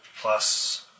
plus